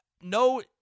No